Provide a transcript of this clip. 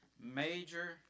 Major